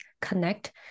connect